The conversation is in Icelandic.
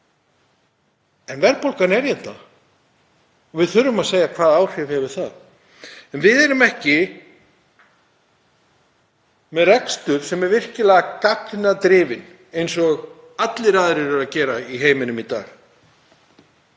En verðbólgan er hérna og við þurfum að segja: Hvaða áhrif hefur það? En við erum ekki með rekstur sem er virkilega gagnadrifinn eins og allir aðrir eru að gera í heiminum í dag.